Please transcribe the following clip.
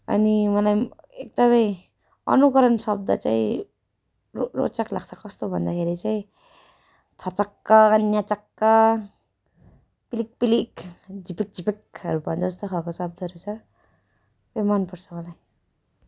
अनि मलाई एकदमै अनुकरण शब्द चाहिँ रो रोचक लाग्छ कस्तो भन्दाखेरि चाहिँ थचक्क न्याचक्क पिलिकपिलिक झिपिकझिपिकहरू जस्तो खालको शब्दहरू छ त्यो मन पर्छ मलाई